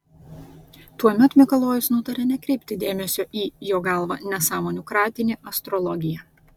tuomet mikalojus nutarė nekreipti dėmesio į jo galva nesąmonių kratinį astrologiją